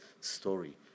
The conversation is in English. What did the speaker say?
story